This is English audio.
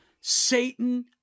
Satan